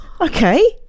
okay